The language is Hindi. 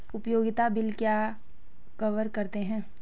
उपयोगिता बिल क्या कवर करते हैं?